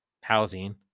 housing